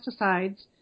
pesticides